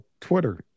Twitter